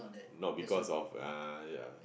not because of ah ya